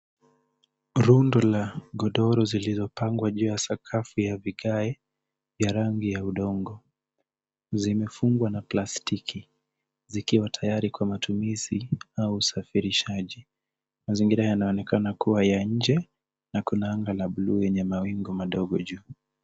Rundo la godoro liliopangwa juu ya sakafu ya vigae ya rangi ya udongo. Zimefungwa na plastiki zikiwa tayari kwa matumizi au usafirishaji. Mazingira yanaonekana kuwa ya nje na kuna anga la blue yenye mawingu madogo juu.